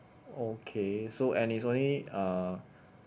okay so and it's only uh